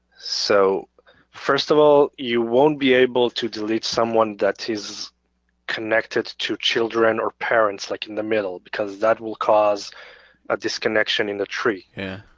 so first of all you won't be able to delete someone that is connected to children or parents, like in the middle. because that will cause a disconnection in the tree. yeah.